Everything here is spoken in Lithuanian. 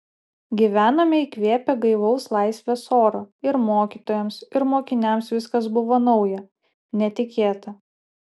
gyvenome įkvėpę gaivaus laisvės oro ir mokytojams ir mokiniams viskas buvo nauja netikėta